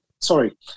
sorry